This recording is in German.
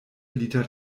liter